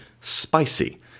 spicy